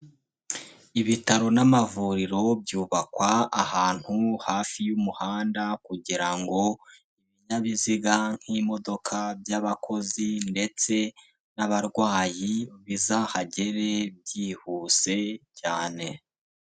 Ibitaro n'amavuriro byubakwa ahantu hafi y'umuhanda, kugira ngo ibinyabiziga nk'imodoka by'abakozi ndetse n'abarwayi ,bizahagere byihuse cyane.